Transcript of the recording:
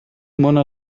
mona